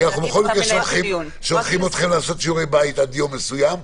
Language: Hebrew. כי אנחנו בכל מקרה שולחים אתכם לעשות שיעורי בית עד יום מסוים,